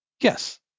Yes